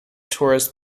tourists